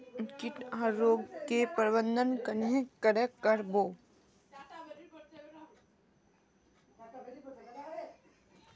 किट आर रोग गैर प्रबंधन कन्हे करे कर बो?